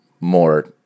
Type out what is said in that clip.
more